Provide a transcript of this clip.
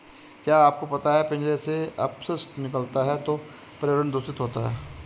क्या आपको पता है पिंजरों से अपशिष्ट निकलता है तो पर्यावरण दूषित होता है?